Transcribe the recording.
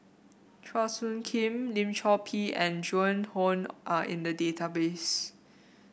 Chua Soo Khim Lim Chor Pee and Joan Hon are in the database